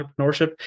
entrepreneurship